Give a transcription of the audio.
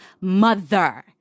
mother